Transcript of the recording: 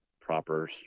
proper